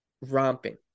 romping